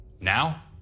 Now